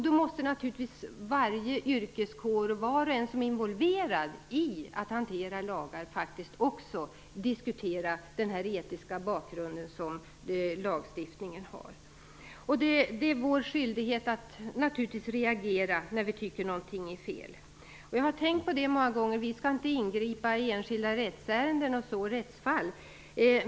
Då måste naturligtvis varje yrkeskår och var och en som är involverad i att hantera lagar faktiskt också diskutera den etiska bakgrund som lagstiftningen har. Det är vår skyldighet att reagera när vi tycker att någonting är fel. Jag har tänkt på det många gånger. Vi skall inte ingripa i enskilda rättsärenden och rättsfall.